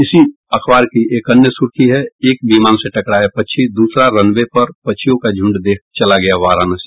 इसी अखबार की एक अन्य सुर्खी है एक विमान से टकराया पक्षी दूसरा रन वे पर पक्षियों का झुंड देख चला गया वाराणसी